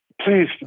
please